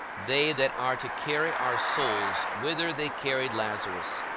they that are to carry our souls whither they carried lazarus,